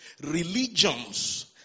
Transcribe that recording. Religions